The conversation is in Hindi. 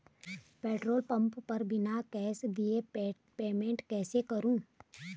पेट्रोल पंप पर बिना कैश दिए पेमेंट कैसे करूँ?